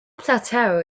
plateau